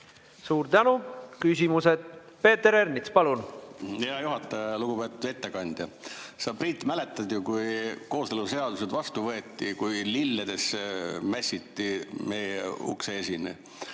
Suur tänu! Küsimused. Peeter Ernits, palun! Hea juhataja! Lugupeetud ettekandja! Sa, Priit, mäletad ju, et kui kooseluseadus vastu võeti, siis mässiti meie ukse esine